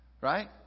Right